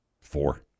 Four